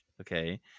okay